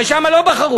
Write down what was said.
הרי שם לא בחרו.